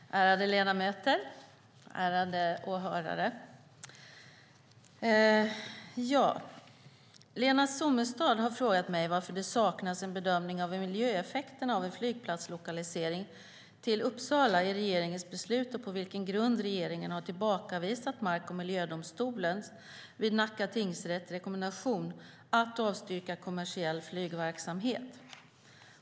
Herr talman! Ärade ledamöter! Ärade åhörare! Lena Sommestad har frågat mig varför det saknas en bedömning av miljöeffekterna av en flygplatslokalisering till Uppsala i regeringens beslut och på vilken grund regeringen har tillbakavisat mark och miljödomstolen vid Nacka tingsrätts rekommendation att avstyrka kommersiell flygverksamhet.